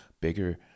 bigger